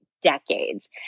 decades